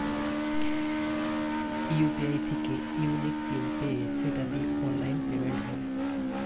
UPI থিকে unique PIN পেয়ে সেটা দিয়ে অনলাইন পেমেন্ট হয়